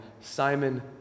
Simon